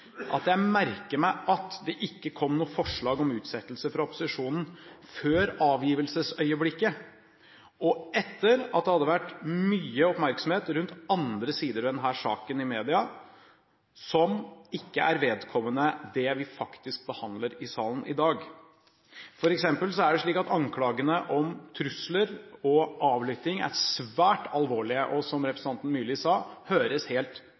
at jeg merker meg at det ikke kom noe forslag om utsettelse fra opposisjonen før avgivelsesøyeblikket, og etter at det hadde vært mye oppmerksomhet rundt andre sider ved denne saken i media, som ikke er vedkommende det vi faktisk behandler i salen i dag. Anklagene om trusler og avlytting er svært alvorlige, og de høres, som representanten Myrli sa, helt